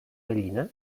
gallina